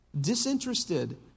disinterested